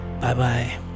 Bye-bye